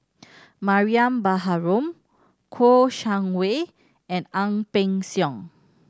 Mariam Baharom Kouo Shang Wei and Ang Peng Siong